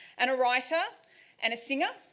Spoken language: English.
and a writer and a singer.